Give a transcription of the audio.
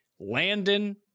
Landon